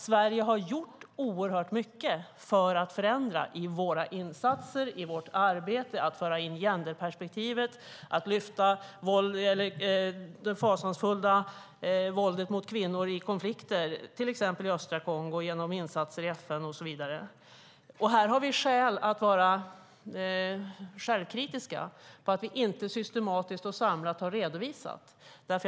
Sverige har ju gjort oerhört mycket för att förändra genom våra insatser och vårt arbete att föra in genderperspektivet, att lyfta upp det fasansfulla våldet mot kvinnor i konflikter, till exempel i östra Kongo, genom insatser i FN och så vidare. Här har vi skäl att vara självkritiska för att vi inte har redovisat systematiskt och samlat.